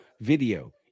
video